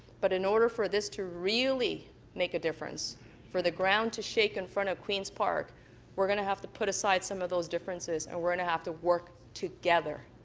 but in order for this to really make a difference for the ground to shake in front of queens park we're going to have to put aside some of those differences and we're going to have to work together.